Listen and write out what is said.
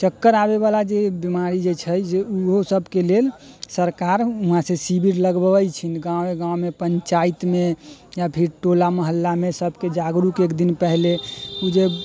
चक्कर आबयवला जे एक बीमारी जे छै ओहोसभके लेल सरकार वहाँसँ शिविर लगबबैत छै गामे गाममे पञ्चायतमे या फेर टोला मोहल्लामे सभके जागरूक एक दिन पहिने जे